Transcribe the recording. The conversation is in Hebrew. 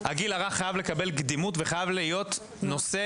הגיל הרך חייב לקבל קדימות ולהפוך לנושא